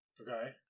Okay